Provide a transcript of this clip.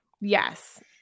yes